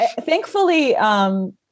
Thankfully